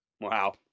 Wow